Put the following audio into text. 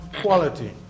quality